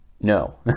No